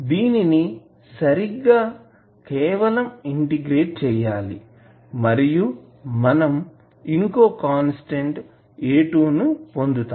దీనిని సరిగ్గా కేవలం ఇంటిగ్రేట్ చేయాలి మరియు మనం ఇంకో కాన్స్టాంట్ A2 ను పొందుతాం